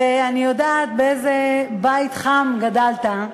ואני יודעת באיזה בית חם גדלת,